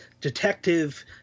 detective